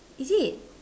is it